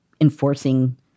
enforcing